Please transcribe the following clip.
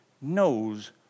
knows